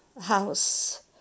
house